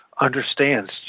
understands